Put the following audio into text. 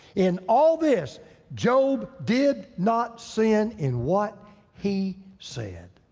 in all this job did not sin in what he said.